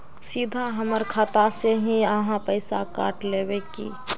सीधा हमर खाता से ही आहाँ पैसा काट लेबे की?